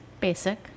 basic